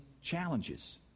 challenges